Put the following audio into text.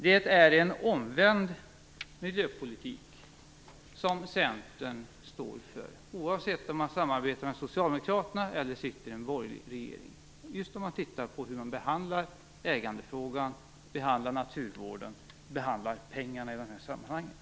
Det är en omvänd miljöpolitik som Centern står för, oavsett om man samarbetar med Socialdemokraterna eller sitter i en borgerlig regering, just i fråga om hur ägandefrågan, naturvården och pengarna behandlas i de här sammanhangen.